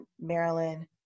Maryland